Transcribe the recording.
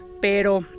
pero